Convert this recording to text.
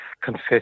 confess